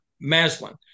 Maslin